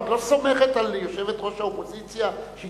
את לא סומכת על יושבת-ראש האופוזיציה שהיא